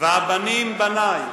והבנים בני,